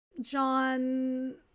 John